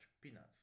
peanuts